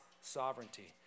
sovereignty